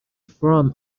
from